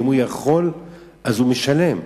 ואם הוא יכול הוא משלם.